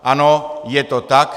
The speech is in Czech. Ano, je to tak.